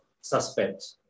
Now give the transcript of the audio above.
suspect